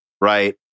right